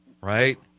right